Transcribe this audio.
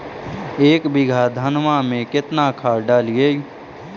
एक बीघा धन्मा में केतना खाद डालिए?